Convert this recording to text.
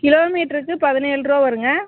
கிலோமீட்டருக்கு பதினேழுரூவா வருங்க